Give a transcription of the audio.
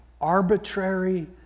arbitrary